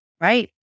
Right